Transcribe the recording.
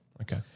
Okay